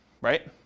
right